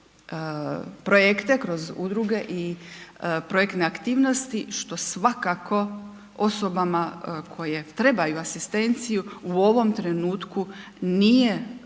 projekte, kroz udruge i projektne aktivnosti što svakako osobama koje trebaju asistenciju, u ovom trenutku nije